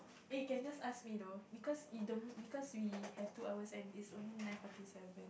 it can just ask me those because it don't because we have two hours and its only nine forty seven